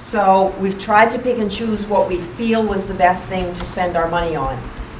so we've tried to pick and choose what we feel was the best thing to spend our money on